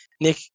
Nick